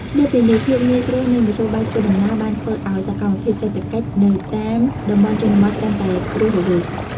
លើសពីនេះ ភាពងាយស្រួលនៃមធ្យោបាយធ្វើដំណើរបានធ្វើឱ្យសកម្មភាពសេដ្ឋកិច្ចនៅតាមតំបន់ជនបទកាន់តែរស់រវើក។